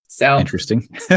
Interesting